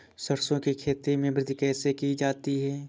सरसो की खेती में वृद्धि कैसे की जाती है?